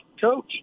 coach